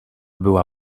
była